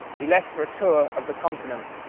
he left for a tour of the continent,